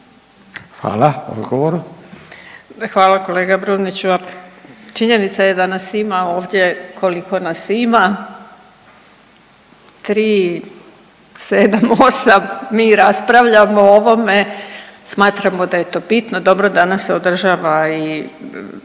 suverenisti)** Hvala kolega Brumniću. Činjenica je da nas ima ovdje koliko nas ima, 3, 7, 8 mi raspravljamo o ovome, smatramo da je to bitno, dobro da nas održava i